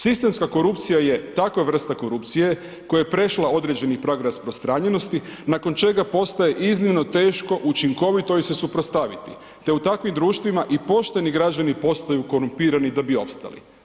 Sistemska korupcija je takva vrsta korupcije koja je prešla određeni prag rasprostranjenosti nakon čega postaje iznimno teško učinkovito joj se suprotstaviti, te u takvim društvima i pošteni građani postaju korumpirani da bi opstali.